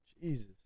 Jesus